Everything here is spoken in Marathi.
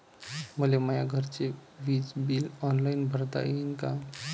मले माया घरचे विज बिल ऑनलाईन भरता येईन का?